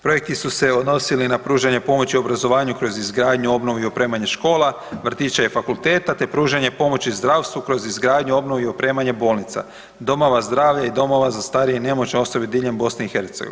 Projekti su se odnosili na pružanje pomoći obrazovanju kroz izgradnju, obnovu i opremanje škola, vrtića i fakulteta, te pružanje pomoći zdravstvu kroz izgradnju, obnovu i opremanje bolnica, domova zdravlja i domova za starije i nemoćne osobe diljem BiH.